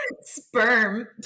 sperm